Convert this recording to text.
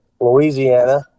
Louisiana